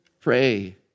pray